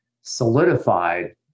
solidified